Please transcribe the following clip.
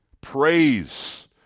Praise